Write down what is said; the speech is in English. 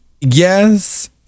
yes